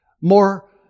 more